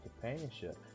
companionship